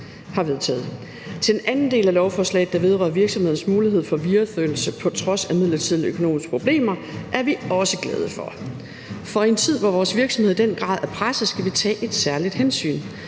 har vedtaget. Den anden del af lovforslaget, der vedrører virksomheders mulighed for videreførelse på trods af midlertidige økonomiske problemer, er vi også glade for. For i en tid, hvor vores virksomheder i den grad er presset, skal vi tage et særligt hensyn.